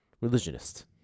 Religionist